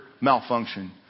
malfunction